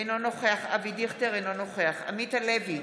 אינו נוכח אבי דיכטר, אינו נוכח עמית הלוי,